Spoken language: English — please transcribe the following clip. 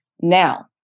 Now